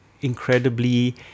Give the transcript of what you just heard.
incredibly